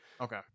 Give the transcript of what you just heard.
okay